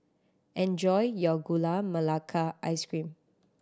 enjoy your Gula Melaka Ice Cream